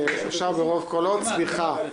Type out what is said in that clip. אושר ברוב קולות סליחה,